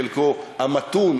בחלקו המתון,